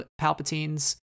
Palpatine's